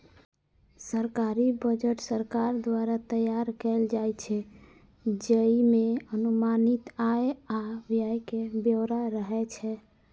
सरकारी बजट सरकार द्वारा तैयार कैल जाइ छै, जइमे अनुमानित आय आ व्यय के ब्यौरा रहै छै